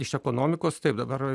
iš ekonomikos taip dabar